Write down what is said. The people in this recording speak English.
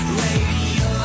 radio